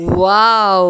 wow